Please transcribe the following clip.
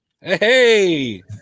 Hey